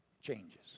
changes